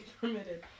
permitted